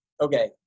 okay